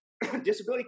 disability